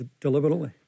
deliberately